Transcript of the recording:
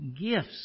gifts